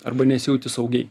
arba nesijauti saugiai